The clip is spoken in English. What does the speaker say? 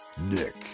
Nick